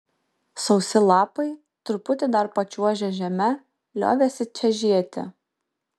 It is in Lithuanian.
sausi lapai truputį dar pačiuožę žeme liovėsi čežėti